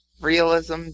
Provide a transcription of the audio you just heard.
realism